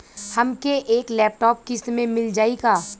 हमके एक लैपटॉप किस्त मे मिल जाई का?